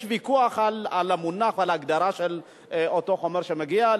יש ויכוח על המונח או על ההגדרה של אותו חומר שמגיע.